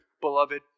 beloved